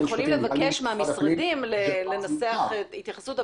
אנחנו יכולים לבקש מהמשרדים לנסח התייחסות,